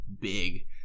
big